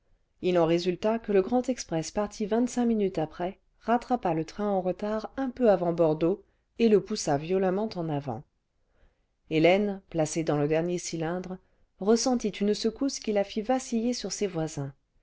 il en résulta que le grand express parti vingt-cinq minutes après rattrapa le train en retard un peu avant bordeaux et le poussa violemment en avant hélène placée dans le dernier cylindre ressentit ressentit secousse qui la fit vaciller sur ses voisins